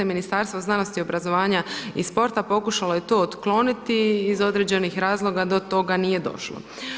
Ministarstvo znanosti, obrazovanja i sporta pokušalo je to otkloniti iz određenih razloga do toga nije došlo.